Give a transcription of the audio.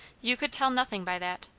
you could tell nothing by that.